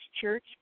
church